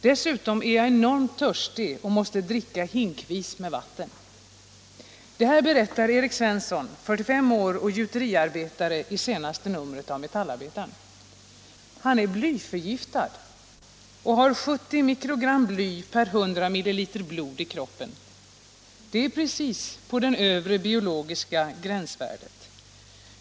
Dessutom är jag enormt törstig och måste dricka hinkvis med vatten.” Det berättar Erik Svensson, 45 år och gjuteriarbetare, i senaste numret av Metallarbetaren. Han är blyförgiftad och har 70 mikrogram bly per 100 milliliter blod i kroppen. Det är precis på det övre biologiska gränsvärdet.